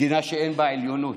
מדינה שאין בה עליונות,